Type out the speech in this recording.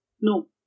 No